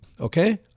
okay